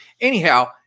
anyhow